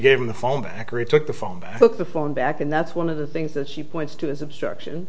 gave him the phone back or he took the phone book the phone back and that's one of the things that she points to his obstruction